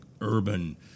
urban